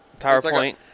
PowerPoint